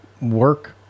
work